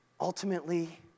Ultimately